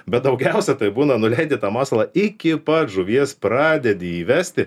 bet daugiausia tai būna nuleidi tą masalą iki pat žuvies pradedi įvesti